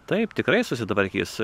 taip tikrai susitvarkys